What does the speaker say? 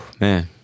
Man